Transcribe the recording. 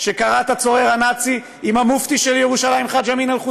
לשאלתו הנוספת של חבר הכנסת אבו עראר,